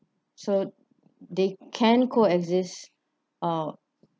so they can coexist uh